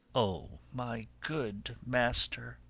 o my good master!